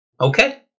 Okay